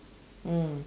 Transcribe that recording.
mm